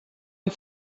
und